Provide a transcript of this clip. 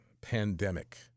pandemic